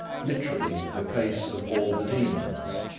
literally, the place of all the demons.